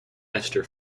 ester